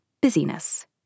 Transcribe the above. busyness